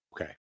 Okay